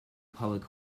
public